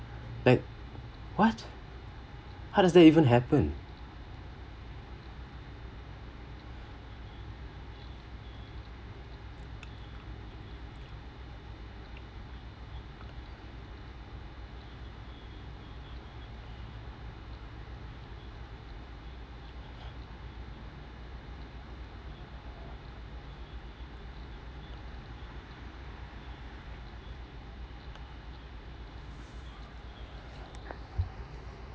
like what how does that even happen